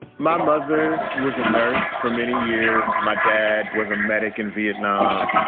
my mother was a nurse for many years. my dad was a medic in vietnam.